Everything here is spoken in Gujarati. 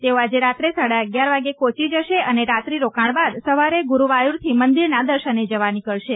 તેઓ આજેરાત્રે સાડા અગિયાર વાગે કોચી જશે અને રાત્રી રોકાણ બાદ સવારે ગુરૂવાયુરથી મંદિરના દર્શને જવા નીકળશે